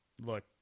look